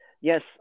yes